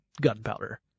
gunpowder